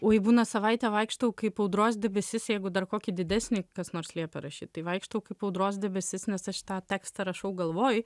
oi būna savaitę vaikštau kaip audros debesis jeigu dar kokį didesnį kas nors liepia rašyt tai vaikštau kaip audros debesis nes aš tą tekstą rašau galvoj